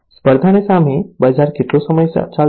સ્પર્ધાની સામે બજાર કેટલો સમય ચાલશે